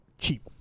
cheap